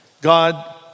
God